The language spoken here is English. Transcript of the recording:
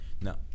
No